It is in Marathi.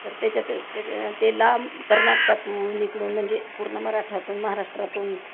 तर त्याच्यातच त्याच्या ते लांब कर्नाटकातून इकडून म्हणजे पूर्ण मराठातून महाराष्ट्रातून